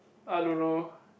I don't know